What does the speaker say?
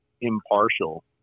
impartial